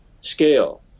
scale